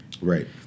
Right